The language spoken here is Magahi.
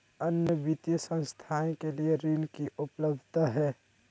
अन्य वित्तीय संस्थाएं के लिए ऋण की उपलब्धता है?